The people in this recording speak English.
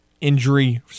injury